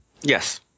Yes